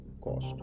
cost